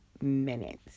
minutes